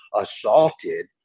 assaulted